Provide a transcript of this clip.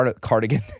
cardigan